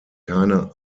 keine